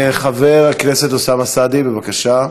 חבר הכנסת אוסאמה סעדי, בבקשה.